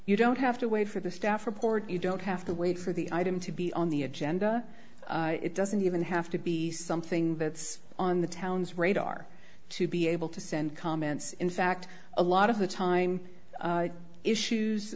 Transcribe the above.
you don't have to wait for the staff report you don't have to wait for the item to be on the agenda it doesn't even have to be something that's on the town's radar to be able to send comments in fact a lot of the time issues